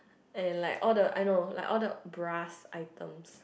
and like all the I know like all the brass items